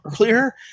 earlier